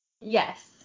yes